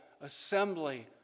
assembly